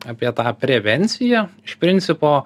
apie tą prevenciją iš principo